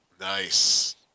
Nice